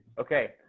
okay